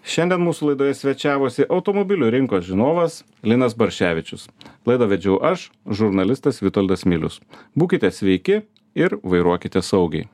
šiandien mūsų laidoje svečiavosi automobilių rinkos žinovas linas barščevičius laidą vedžiau aš žurnalistas vitoldas milius būkite sveiki ir vairuokite saugiai